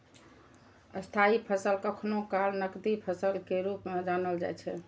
स्थायी फसल कखनो काल नकदी फसल के रूप मे जानल जाइ छै